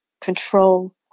control